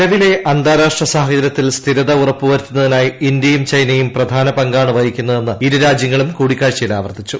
നിലവിലെ അന്താരാഷ്ട്ര സാഹചര്യത്തിൽ സ്ഥിരത ഉറപ്പുവരുത്തുന്നതിനായി ഇന്ത്യയും ചൈനയും പ്രധാന പങ്കാണ് വഹിക്കുന്നതെന്ന് ഇരുരാജ്യങ്ങളും കൂട്ടിക്കാഴ്ചയിൽ ആവർത്തിച്ചു